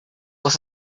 was